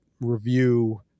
review